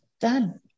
Done